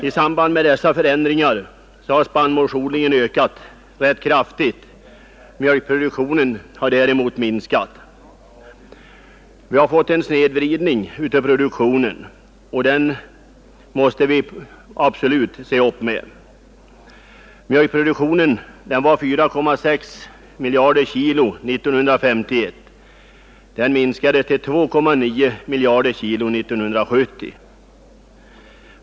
I samband med dessa förändringar har spannmålsodlingen ökat rätt kraftigt. Mjölkproduktionen har däremot minskat. Vi har fått en snedvridning av produktionen, och den måste vi absolut se upp med. Mjölkproduktionen var 4,6 miljarder kilogram 1951. Den minskade till 2,9 miljarder kilogram 1970.